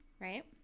right